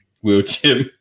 wheelchair